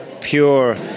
pure